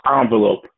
envelope